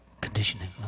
conditioning